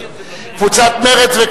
קבוצת סיעת חד"ש,